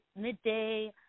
midday